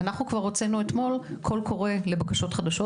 אנחנו כבר הוצאנו אתמול קול קורא לבקשות חדשות,